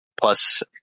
plus